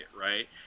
right